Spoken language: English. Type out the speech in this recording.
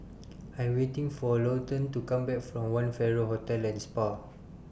I Am waiting For Lawton to Come Back from one Farrer Hotel and Spa